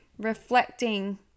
reflecting